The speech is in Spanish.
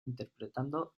interpretando